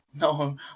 No